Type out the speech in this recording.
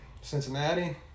Cincinnati